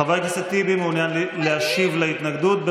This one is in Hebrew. חבר הכנסת טיבי מעוניין להשיב על ההתנגדות.